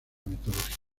mitología